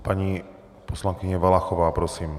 Paní poslankyně Valachová, prosím.